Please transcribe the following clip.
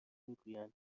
میگویند